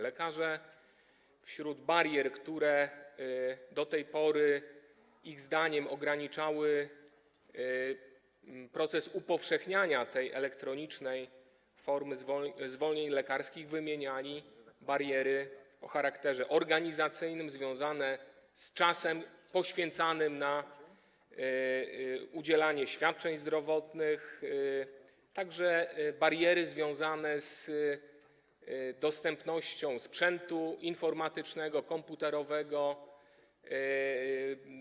Lekarze wśród barier, które do tej pory ich zdaniem ograniczały proces upowszechniania tej elektronicznej formy zwolnień lekarskich, wymieniali bariery o charakterze organizacyjnym, związane z czasem poświęcanym na udzielanie świadczeń zdrowotnych, a także bariery związane z dostępnością sprzętu informatycznego, komputerowego.